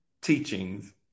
teachings